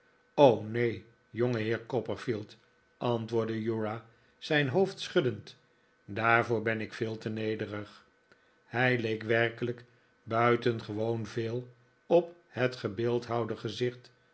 neen jongeheer copperfield antwoordde uriah zijn hoofd schuddend daarvoor ben ik veel te nederig hij leek werkelijk buitengewoon veel op het gebeeldhouwde gezicht